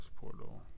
portal